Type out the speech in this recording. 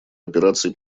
операций